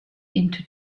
into